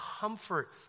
comfort